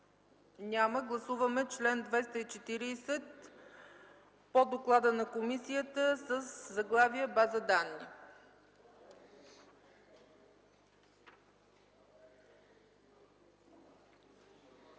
Няма. Гласуваме чл. 240 по доклада на комисията със заглавие „База данни”.